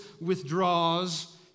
withdraws